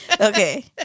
okay